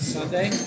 Sunday